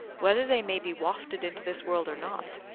whether they may be wafted into this world or not,